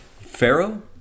Pharaoh